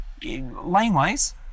laneways